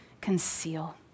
conceal